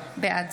בעד